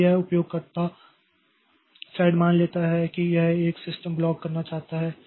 इसलिए यह उपयोगकर्ता थ्रेड मान लेता है कि यह एक सिस्टम कॉल करना चाहता है